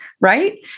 right